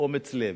באומץ לב,